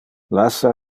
lassa